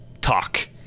talk